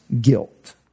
guilt